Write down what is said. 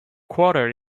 quarter